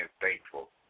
thankful